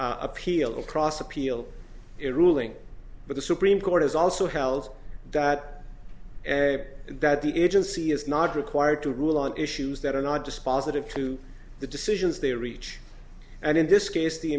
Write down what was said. appeal across appeal it ruling but the supreme court has also held that that the agency is not required to rule on issues that are not dispositive to the decisions they reach and in this case the